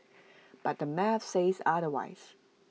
but the math says otherwise